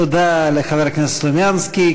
תודה לחבר הכנסת סלומינסקי.